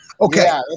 Okay